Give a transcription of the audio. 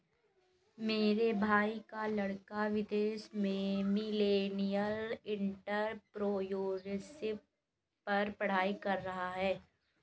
मेरे भाई का लड़का विदेश में मिलेनियल एंटरप्रेन्योरशिप पर पढ़ाई कर रहा है